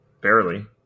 barely